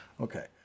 Okay